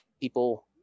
people